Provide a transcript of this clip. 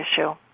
issue